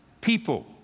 people